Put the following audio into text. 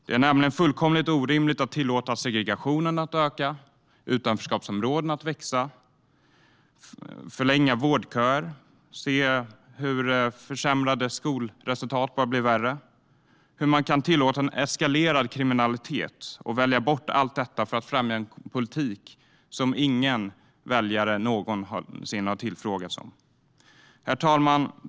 Det är nämligen fullkomligt orimligt att tillåta segregationen att öka och utanförskapsområden att växa, att förlänga vårdköer och se alltmer försämrade skolresultat och en eskalerad kriminalitet - allt detta för att främja en politik som ingen väljare någonsin har tillfrågats om. Herr talman!